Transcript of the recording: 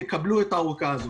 יקבלו את הארכה הזו.